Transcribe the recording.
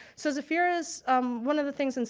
so, sephora's one of the things, and